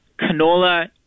Canola